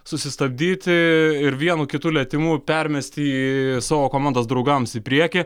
susistabdyti ir vienu kitu lietimu permesti jį savo komandos draugams į priekį